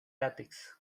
látex